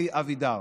אלי אבידר,